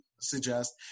suggest